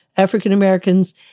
African-Americans